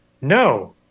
No